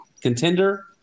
contender